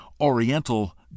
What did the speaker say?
Oriental